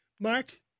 Mark